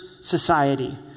society